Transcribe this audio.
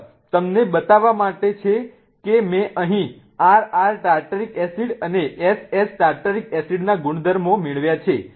ફક્ત તમને બતાવવા માટે કે મેં અહીં RR ટાર્ટરિક એસિડ અને SS ટાર્ટરિક એસિડના ગુણધર્મો મેળવ્યા છે